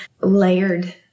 layered